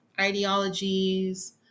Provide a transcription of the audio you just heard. ideologies